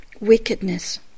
Wickedness